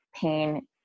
pain